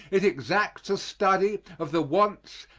it exacts a study of the wants,